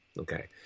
okay